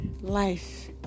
life